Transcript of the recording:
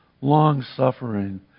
long-suffering